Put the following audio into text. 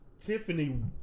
Tiffany